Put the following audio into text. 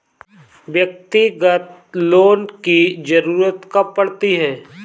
व्यक्तिगत लोन की ज़रूरत कब पड़ती है?